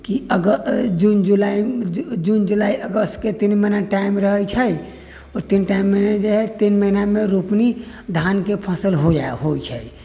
कि अगर जून जुलाइ अगस्त के तीन महीना टाइम रहैत छै ओतनी टाइममे तीन महीनामे रोपनी धानके फसल होइत छै